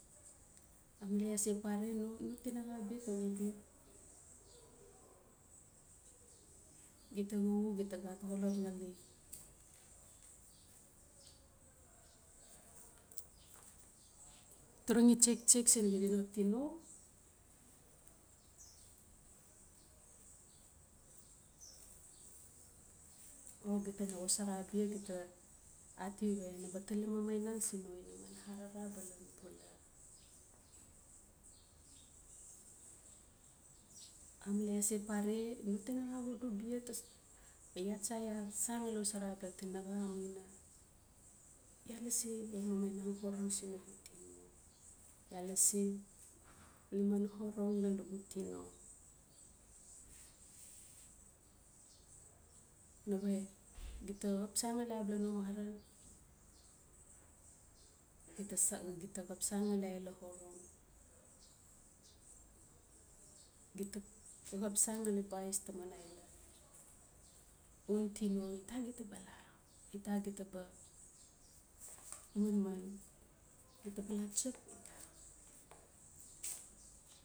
Amale iaa se pare, no-no tinaxa bia ta, gita xukxuk gita gat xolot ngali turungi tsektsek siin naxida no tino o gita na xosora abia gita ati we naba tali mamainang arara sun inaman balan pula. Amale iaa tase pare, no tinaxa xudu bia ta, iaa tsa iaa san ngali xososra abala tinaxa amuina iaa lasi xan liman orong sun nugu tino,- iaa lasi xan liman orong sun nugu tino. Nawe gita xap san ngali abala no marang, gita sa, gita xap sanngali aila orong, gita xap san ngali aila orong, gita xap san ngali bais taman aila untino, ita gita ba la? Ita gita ba manman? Gita ba tsap ita?